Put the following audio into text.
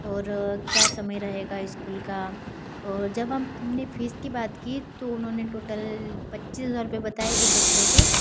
और क्या समय रहेगा स्कूल का और जब हमने फ़ीस की बात की तो उन्होंने टोटल पच्चीस हज़ार रूपये बताए एक बच्चों के